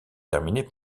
terminait